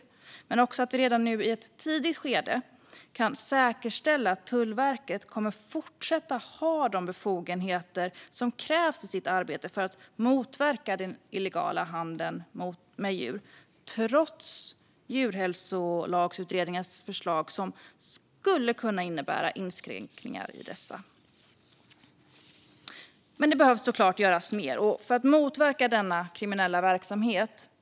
Det handlar också om att vi redan nu, i ett tidigt skede, kan säkerställa att Tullverket kommer att fortsätta att ha de befogenheter som krävs i deras arbete för att motverka den illegala handeln med djur, trots Djurhälsolagsutredningens förslag som skulle kunna innebära inskränkningar i dessa. Men det behöver såklart göras mer för att motverka denna kriminella verksamhet.